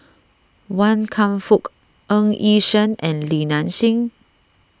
Wan Kam Fook Ng Yi Sheng and Li Nanxing